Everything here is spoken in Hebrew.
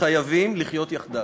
וחייבים לחיות יחד.